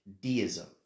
deism